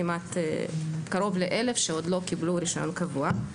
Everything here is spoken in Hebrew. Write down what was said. כמעט קרוב ל-1,000 שעוד לא קיבלו רישיון קבוע.